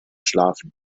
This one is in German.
schlafen